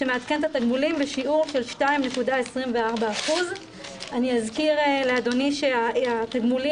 שמעדכן את התגמולים בשיעור של 2.24%. אני אזכיר לאדוני שהתגמולים